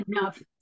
enough